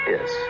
Yes